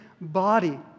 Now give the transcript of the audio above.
body